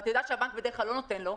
ואת יודעת שהבנק בדרך כלל לא נותן לו.